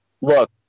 look